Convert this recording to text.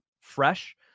fresh